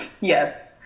yes